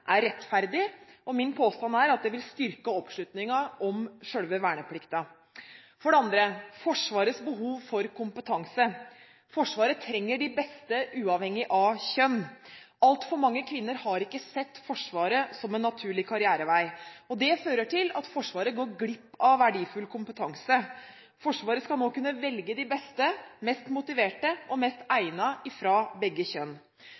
er rettferdig, og min påstand er at det vil styrke oppslutningen om selve verneplikten. For det andre – Forsvarets behov for kompetanse: Forsvaret trenger de beste, uavhengig av kjønn. Altfor mange kvinner har ikke sett Forsvaret som en naturlig karrierevei. Det fører til at Forsvaret går glipp av verdifull kompetanse. Forsvaret skal nå kunne velge de beste, de mest motiverte og de best egnede fra begge kjønn.